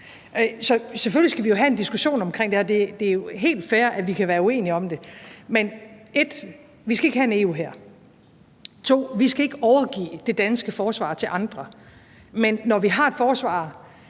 selvfølgelig have en diskussion om det her, og det er jo helt fair, at vi kan være uenige om det, men 1) vi skal ikke have en EU-hær, 2) vi skal ikke overgive det danske forsvar til andre. Men når vi har et forsvar,